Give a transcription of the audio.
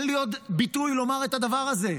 אין לי עוד ביטוי לומר את הדבר הזה.